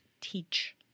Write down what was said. teach